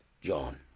John